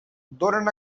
donen